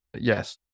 yes